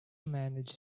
managed